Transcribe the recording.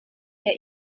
der